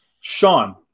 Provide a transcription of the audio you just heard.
Sean